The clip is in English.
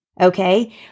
okay